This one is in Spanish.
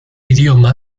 idioma